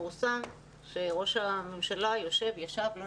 פורסם שראש הממשלה יושב או ישב אני לא